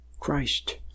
Christ